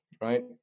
Right